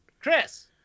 Chris